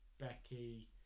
becky